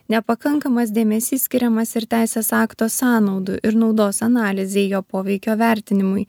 nepakankamas dėmesys skiriamas ir teisės akto sąnaudų ir naudos analizei jo poveikio vertinimui